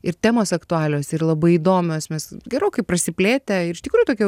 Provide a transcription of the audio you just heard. ir temos aktualios ir labai įdomios mes gerokai prasiplėtę iš tikrųjų tokia